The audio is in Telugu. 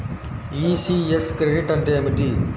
ఈ.సి.యస్ క్రెడిట్ అంటే ఏమిటి?